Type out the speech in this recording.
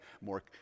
more